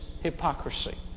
hypocrisy